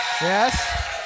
Yes